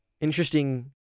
interesting